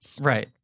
Right